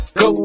go